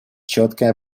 четкое